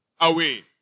away